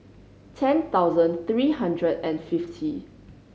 ten thousand three hundred and fifty